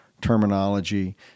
terminology